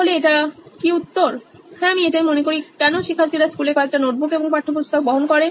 তাহলে এটা কি উত্তর হ্যাঁ আমি এটাই মনে করি কেন শিক্ষার্থীরা স্কুলে কয়েকটা নোটবুক এবং পাঠ্যপুস্তক বহন করে